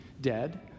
dead